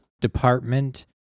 Department